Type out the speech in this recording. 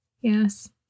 Yes